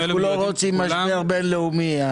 אנחנו לא רוצים משבר בין לאומי,